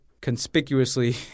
conspicuously